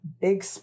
big